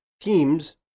teams